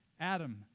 Adam